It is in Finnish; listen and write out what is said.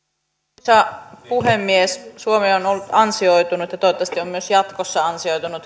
arvoisa puhemies suomi on ollut ansioitunut ja toivottavasti on myös jatkossa ansioitunut